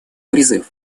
призыв